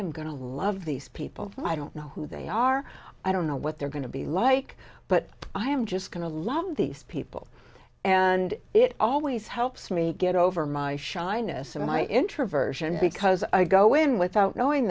am going to love these people i don't know who they are i don't know what they're going to be like but i am just going to love these people and it always helps me get over my shyness or my introversion because i go in without knowing